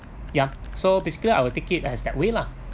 ya so basically I will take it as that way lah